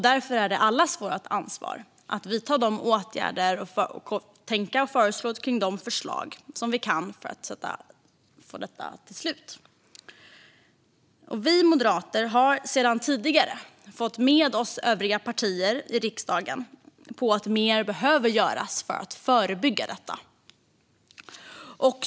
Därför är det allas vårt ansvar att tänka och lägga fram förslag och vidta åtgärder för att få ett slut på detta. Vi moderater har sedan tidigare fått med oss övriga partier i riksdagen på att mer behöver göras för att förebygga detta.